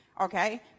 okay